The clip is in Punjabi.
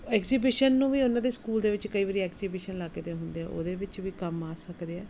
ਐਕਸੀਬਿਸ਼ਨ ਨੂੰ ਵੀ ਉਹਨਾਂ ਦੀ ਸਕੂਲ ਦੇ ਵਿੱਚ ਕਈ ਵਾਰ ਐਕਸੀਬਿਸ਼ਨ ਲੱਗਦੇ ਹੁੰਦੇ ਉਹਦੇ ਵਿੱਚ ਵੀ ਕੰਮ ਆ ਸਕਦੇ ਆ